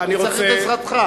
אני צריך את עזרתך.